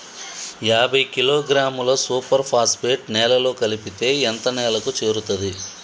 యాభై కిలోగ్రాముల super phosphate నేలలో కలిపితే ఎంత నేలకు చేరుతది?